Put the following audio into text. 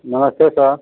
नमस्ते सर